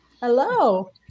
Hello